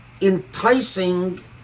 enticing